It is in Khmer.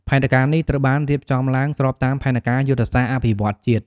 ផែនការនេះត្រូវបានរៀបចំឡើងស្របតាមផែនការយុទ្ធសាស្ត្រអភិវឌ្ឍន៍ជាតិ។